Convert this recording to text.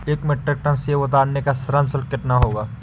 एक metric ton सेव उतारने का श्रम शुल्क कितना होगा?